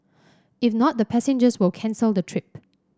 if not the passengers will cancel the trip